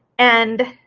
and